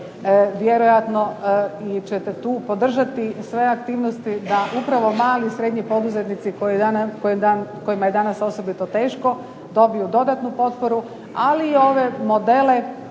vjerojatno ćete tu podržati sve aktivnosti da upravo mali i srednji poduzetnici kojima je danas osobito teško dobiju dodatnu potporu, ali i ove modele,